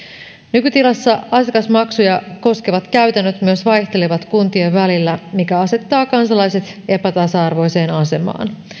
nykytilassa asiakasmaksuja koskevat käytännöt myös vaihtelevat kuntien välillä mikä asettaa kansalaiset epätasa arvoiseen asemaan